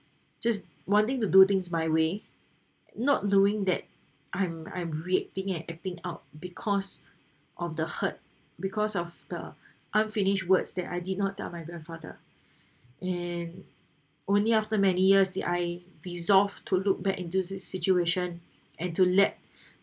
just wanting to do things my way not knowing that I'm I'm reacting and acting out because of the hurt because of the unfinished words that I did not tell my grandfather and only after many years that I resolved to look back into the situation and to let